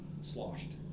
Sloshed